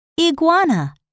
iguana